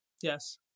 Yes